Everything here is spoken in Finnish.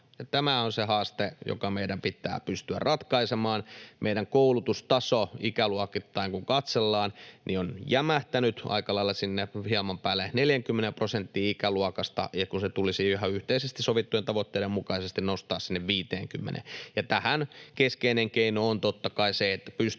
tämä on se haaste, joka meidän pitää pystyä ratkaisemaan. Meidän korkeakoulutustaso, ikäluokittain kun katsellaan, on jämähtänyt aika lailla hieman päälle 40 prosenttiin ikäluokasta, kun se tulisi ihan yhteisesti sovittujen tavoitteiden mukaisesti nostaa 50:een. Tähän keskeinen keino on totta kai se, että pystymme